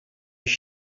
does